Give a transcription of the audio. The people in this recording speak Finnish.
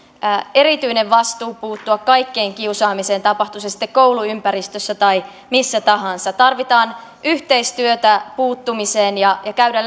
erityinen vastuu puuttua kaikkeen kiusaamiseen tapahtui se sitten kouluympäristössä tai missä tahansa tarvitaan yhteistyötä puuttumiseen ja tarvitsee käydä